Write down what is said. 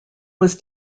was